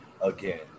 again